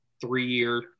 three-year